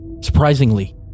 Surprisingly